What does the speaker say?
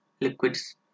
liquids